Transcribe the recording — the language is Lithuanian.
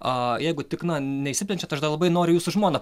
jeigu tik na neišsiplečiant aš dar labai noriu jūsų žmoną